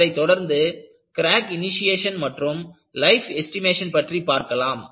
அதைத் தொடர்ந்து crack initiation மற்றும் லைஃப் எஸ்டிமேஷன் பற்றி பார்க்கலாம்